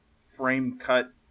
frame-cut